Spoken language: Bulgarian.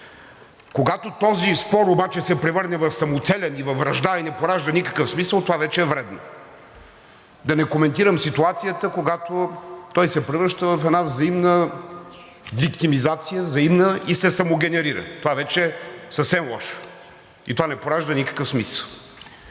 Когато този спор обаче се превърне в самоцелен и във вражда и не поражда никакъв смисъл, това вече е вредно. Да не коментирам ситуацията, когато той се превръща в една взаимна виктимизация и се самогенерира. Това вече е съвсем лошо и това не поражда никакъв смисъл.